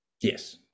Yes